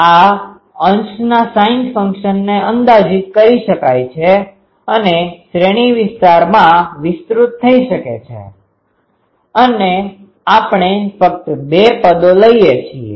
આ અંશના sin ફંક્શનને અંદાજિત કરી શકાય છે અને શ્રેણી વિસ્તરણમાં વિસ્તૃત થઈ શકે છે આપણે ફક્ત બે પદો લઈએ છીએ